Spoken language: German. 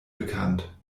bekannt